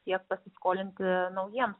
tiek pasiskolinti naujiem